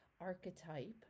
archetype